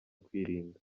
kwirinda